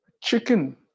chicken